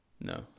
No